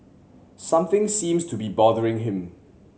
something seems to be bothering him